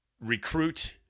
recruit